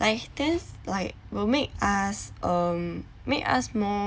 like there's like will make us um make us more